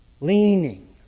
leaning